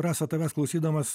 rasa tavęs klausydamas